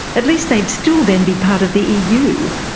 at least they'd still then be part of the eu.